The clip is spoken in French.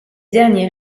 derniers